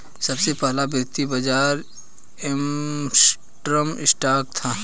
सबसे पहला वित्तीय बाज़ार एम्स्टर्डम स्टॉक था